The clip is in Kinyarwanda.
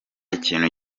ikintu